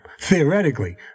theoretically